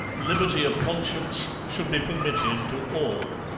liberty of conscience should be permitted to all.